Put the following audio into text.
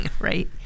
right